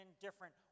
different